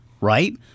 right